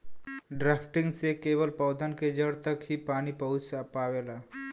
drafting से केवल पौधन के जड़ तक ही पानी पहुँच पावेला